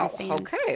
Okay